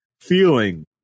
feeling